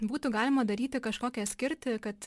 būtų galima daryti kažkokią skirtį kad